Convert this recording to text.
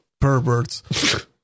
perverts